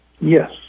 Yes